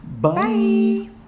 Bye